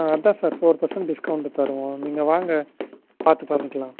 ஆ அதான் sir four percent discount தருவோம் நீங்கள் வாங்க பார்த்து பண்ணிக்கலாம்